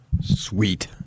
Sweet